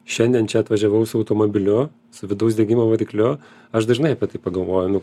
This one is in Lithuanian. šiandien čia atvažiavau su automobiliu su vidaus degimo varikliu aš dažnai apie tai pagalvoju nu